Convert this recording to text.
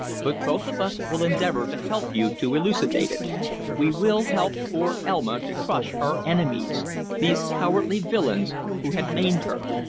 but both of us will endeavor to help you to elucidate it we will help poor elma to crush her enemies these cowardly villains who had maimed her.